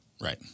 Right